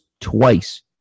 twice